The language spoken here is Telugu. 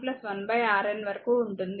1 Rn వరకు ఉంటుంది